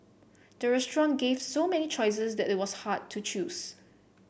the restaurant gave so many choices that it was hard to choose